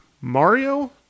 Mario